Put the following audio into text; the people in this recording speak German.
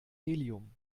helium